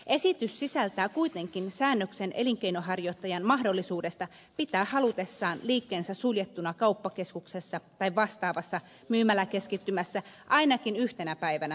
esitys sisältää kuitenkin säännöksen elinkeinonharjoittajan mahdollisuudesta pitää halutessaan liikkeensä suljettuna kauppakeskuksessa tai vastaavassa myymäläkeskittymässä ainakin yhtenä päivänä viikossa